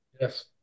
Yes